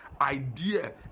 idea